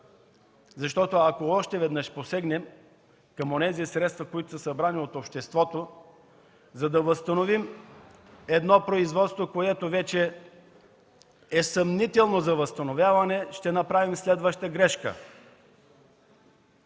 Ако още веднъж посегнем към средствата, събрани от обществото, за да възстановим производство, което вече е съмнително за възстановяване, ще направим следваща грешка.